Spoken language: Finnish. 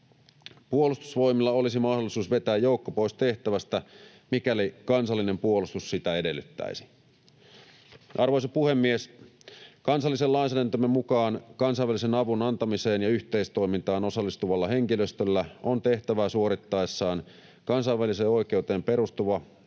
Puolustusvoimilla olisi mahdollisuus vetää joukko pois tehtävästä, mikäli kansallinen puolustus sitä edellyttäisi. Arvoisa puhemies! Kansallisen lainsäädäntömme mukaan kansainvälisen avun antamiseen ja yhteistoimintaan osallistuvalla henkilöstöllä on tehtävää suorittaessaan kansainväliseen oikeuteen perustuva ja